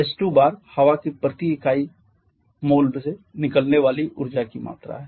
h2 हवा की प्रति इकाई तिल से निकलने वाली ऊर्जा की मात्रा है